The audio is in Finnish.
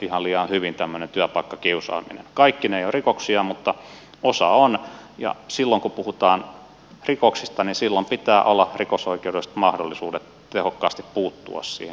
kaikki ne eivät ole rikoksia mutta osa on ja silloin kun puhutaan rikoksista niin silloin pitää olla rikosoikeudelliset mahdollisuudet tehokkaasti puuttua siihen